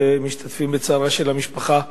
ומשתתפים בצערה של משפחת ההרוגה,